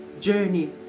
journey